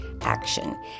action